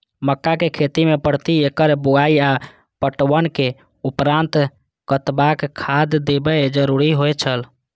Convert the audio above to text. मक्का के खेती में प्रति एकड़ बुआई आ पटवनक उपरांत कतबाक खाद देयब जरुरी होय छल?